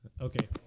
Okay